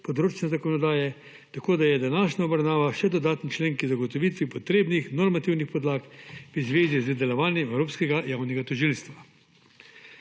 področne zakonodaje, tako da je današnja obravnava še dodaten člen k zagotovitvi potrebnih normativnih podlag v zvezi z delovanjem Evropskega javnega tožilstva.